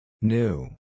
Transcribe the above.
New